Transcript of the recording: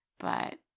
but,